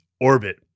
orbit